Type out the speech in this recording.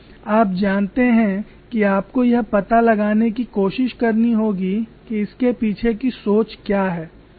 आप जानते हैं कि आपको यह पता लगाने की कोशिश करनी होगी कि इसके पीछे की सोच क्या है